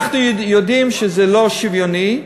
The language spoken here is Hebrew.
אנחנו יודעים שזה לא שוויוני,